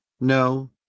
No